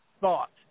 thought